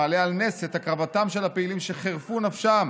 המעלה על נס את הקרבתם של הפעילים שחרפו נפשם